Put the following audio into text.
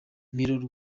mirror